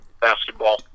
basketball